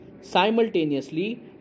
simultaneously